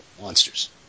monsters